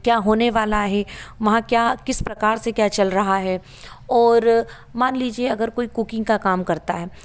क्या होने वाला है वहाँ क्या किस प्रकार से क्या चल रहा है और मान लीजिए अगर कोई कुकिंग का काम करता है